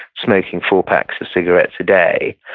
smoking four packs of cigarettes a day,